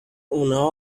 اونا